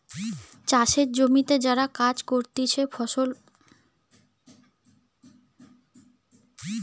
চাষের জমিতে যারা কাজ করতিছে ফসল ফলে তাদের ফার্ম ওয়ার্কার বলে